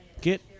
Get